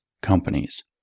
companies